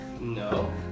No